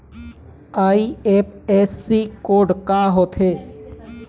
IFSC code का होथे?